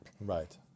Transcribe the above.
Right